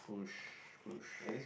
push push